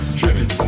driven